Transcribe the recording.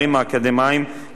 שהם תנאי כשירות